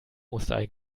osterei